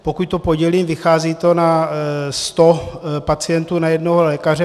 Pokud to podělím, vychází to na 100 pacientů na jednoho lékaře.